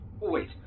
Wait